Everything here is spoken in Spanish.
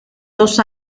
dos